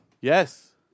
Yes